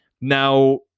now